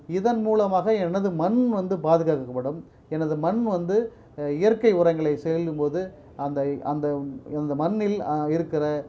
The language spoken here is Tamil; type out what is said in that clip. இதன் மூலமாக எனது மண் வந்து பாதுகாக்கப்படும் எனது மண் வந்து இயற்கை உரங்களை செய்யும் போது அந்த அந்த அந்த மண்ணில் இருக்கிற